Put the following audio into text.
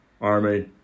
Army